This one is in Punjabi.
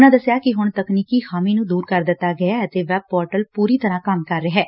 ਉਨ੍ਹਾਂ ਦਸਿਆ ਕਿ ਹੁਣ ਤਕਨੀਕੀ ਖ਼ਾਮੀ ਨੂੰ ਦੂਰ ਕਰ ਦਿੱਤਾ ਗਿਐ ਅਤੇ ਵੈਬ ਪੋਰਟਲ ਪੂਰੀ ਤਰ੍ਹਾਂ ਕੰਮ ਕਰ ਰਿਹੈ